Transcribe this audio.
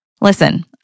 Listen